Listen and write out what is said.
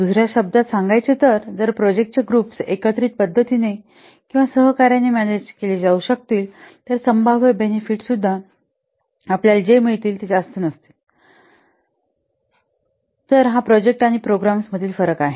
दुसर्या शब्दांत सांगायचे तर जर प्रोजेक्ट चे ग्रुप्स एकत्रित पद्धतीने सहकार्याने मॅनेज केले जाऊ शकतात तर संभाव्य बेनेफिट जे आपल्याला मिळतील जे जास्त नसावेत जर प्रोजेक्ट स्वतंत्रपणे मॅनेज केलेले असतील तर हा प्रोजेक्ट आणि प्रोग्राम्स मधील फरक आहे